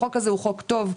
החוק הזה חוק טוב.